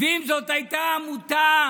ואם זו הייתה עמותה